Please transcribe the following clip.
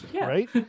right